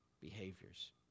behaviors